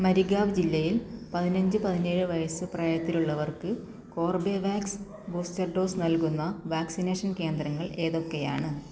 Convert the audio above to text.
മരിഗാവ് ജില്ലയിൽ പതിനഞ്ച് പതിനേഴ് വയസ്സ് പ്രായത്തിലുള്ളവർക്ക് കോർബെവാക്സ് ബൂസ്റ്റർ ഡോസ് നൽകുന്ന വാക്സിനേഷൻ കേന്ദ്രങ്ങൾ ഏതൊക്കെയാണ്